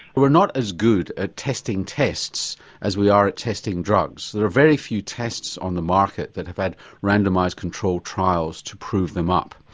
we're not as good at testing tests as we are at testing drugs. there are very few tests on the market that have had randomised control trials to prove them up.